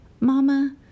Mama